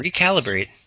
recalibrate